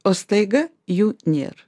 o staiga jų nėr